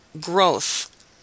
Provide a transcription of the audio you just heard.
growth